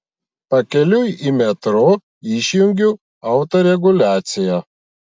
pakeliui į metro išjungiu autoreguliaciją